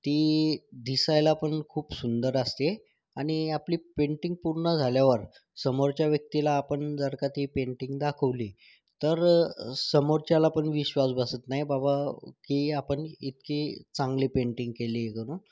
ती दिसायला पण खूप सुंदर असते आणि आपली पेन्टिंग पूर्ण झाल्यावर समोरच्या व्यक्तीला आपण पण जर का ती पेन्टिंग दाखवली तर समोरच्याला पण विश्वास बसत नाही बाबा की आपण इतकी चांगली पेन्टिंग केली जणू